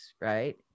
right